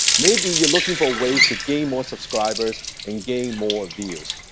maybe you're looking for ways to gain more subscribers and gain more views.